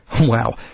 Wow